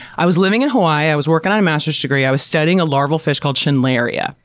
i was living in hawaii. i was working on a master's degree. i was studying a larval fish called schindleria.